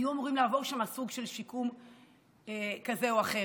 היו אמורים לעבור שם סוג של שיקום כזה או אחר,